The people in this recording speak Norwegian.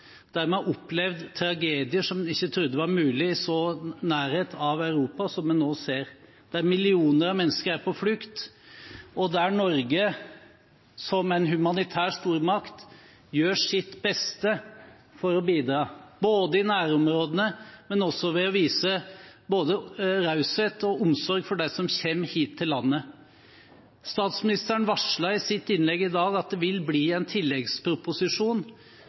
har opplevd tragedier som en ikke trodde var mulig i en slik nærhet av Europa som en nå ser, der millioner av mennesker er på flukt, og der Norge som en humanitær stormakt gjør sitt beste for å bidra – både i nærområdene og ved å vise raushet og omsorg overfor dem som kommer hit til landet. Statsministeren varslet i sitt innlegg i dag at det vil bli en tilleggsproposisjon.